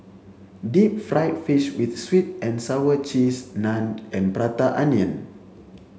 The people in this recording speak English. deep fried fish with sweet and sour sauce cheese naan and prata onion